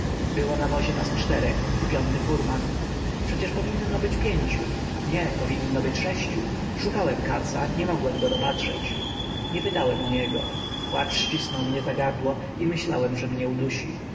było na wozie nas czterech i piąty furman przecież powinno być pięciu nie powinno być sześciu szukałem katza nie mogłem go dopatrzeć nie pytałem o niego płacz ścisnął mnie za gardło i myślałem że mnie udusi